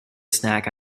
snack